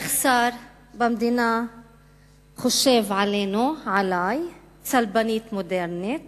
איך שר במדינה חושב עלינו, עלי, "צלבנית מודרנית".